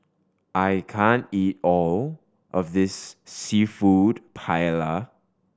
I can't eat all of this Seafood Paella